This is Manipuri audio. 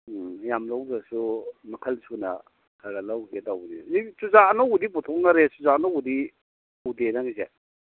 ꯎꯝ ꯌꯥꯝ ꯂꯧꯗ꯭ꯔꯁꯨ ꯃꯈꯜ ꯁꯨꯅ ꯈꯔꯈꯔ ꯂꯧꯒꯦ ꯇꯧꯕꯅꯤ ꯆꯨꯖꯥꯛ ꯑꯅꯧꯕꯗꯤ ꯄꯨꯊꯣꯅꯔꯛꯑꯦ ꯆꯨꯖꯥꯛ ꯑꯅꯧꯕꯗꯤ ꯎꯗꯦ ꯅꯪꯒꯤꯁꯦ